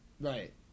Right